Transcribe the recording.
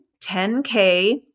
10k